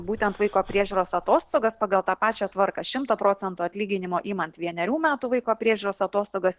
būtent vaiko priežiūros atostogas pagal tą pačią tvarką šimto procentų atlyginimo imant vienerių metų vaiko priežiūros atostogas